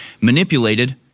manipulated